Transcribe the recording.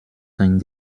dein